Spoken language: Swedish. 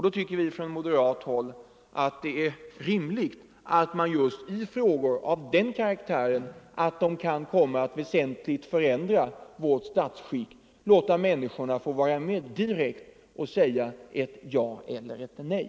Då tyckte vi från moderat håll att det var rimligt att just i frågor av den karaktären, att de kan komma att väsentligt förändra vårt statsskick, låta människorna vara med direkt och säga ja eller nej.